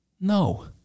No